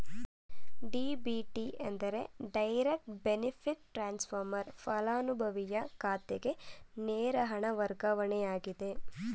DBT ಎಂದರೆ direct benefit transfer, ಪಲಾನುಭವಿಯ ಖಾತೆಗೆ ನೇರ ಹಣ ವರ್ಗಾವಣೆಯಾಗಿದೆ